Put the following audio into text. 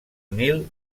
nil